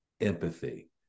empathy